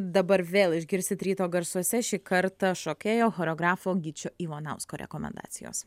dabar vėl išgirsit ryto garsuose šį kartą šokėjo choreografo gyčio ivanausko rekomendacijos